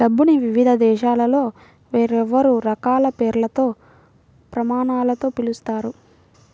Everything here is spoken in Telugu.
డబ్బుని వివిధ దేశాలలో వేర్వేరు రకాల పేర్లతో, ప్రమాణాలతో పిలుస్తారు